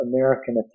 American